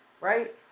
right